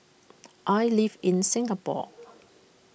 I live in Singapore